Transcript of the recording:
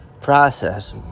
process